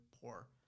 poor